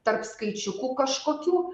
tarp skaičiukų kažkokių